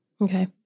Okay